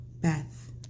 beth